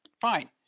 fine